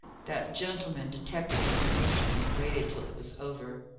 that gentleman detected his emotion, and waited till it was over.